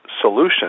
solution